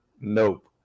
Nope